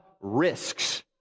risks